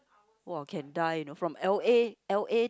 !wah! can die you know from L_A L_A